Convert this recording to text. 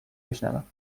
بشنوم